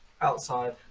Outside